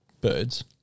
Birds